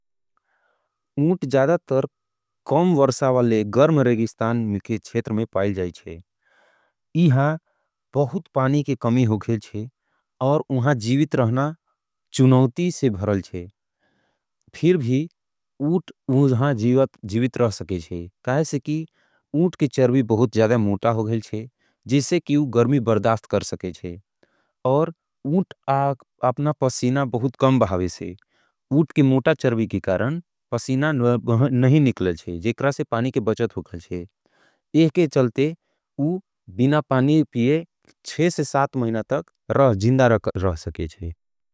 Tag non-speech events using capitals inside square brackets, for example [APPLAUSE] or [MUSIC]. उट ज़्यादातर कम वर्सावाले गर्म रेगिस्तान के छेतर में पाल जाएच्छे। इहां बहुत पानी के कमी होगेल छे और उहां जीवित रहना चुनोती से भरल छे। फिर भी उट उहां जीवित रह सके जे। क्या है से कि उट के चर्वी बहुत ज़्यादा मूता हो गेल छे जिसे कि उट गर्मी बरदास्थ कर सके जे। और उट आपना पसीना बहुत कम भावे से। उट के मूता चर्वी की कारण [HESITATION] पसीना नहीं निकलल छे जे क्रासे पानी के बचद होगल छे। एह के चलते उ बिना पानी पीए महिना [HESITATION] तक जीवित रह सके जे।